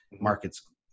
markets